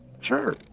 sure